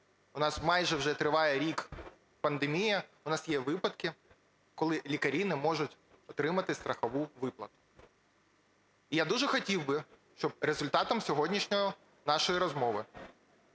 у нас майже вже триває рік пандемія, у нас є випадки, коли лікарі не можуть отримати страхову виплату. Я дуже хотів би, щоб результатом сьогоднішньої нашої розмови